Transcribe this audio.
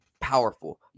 powerful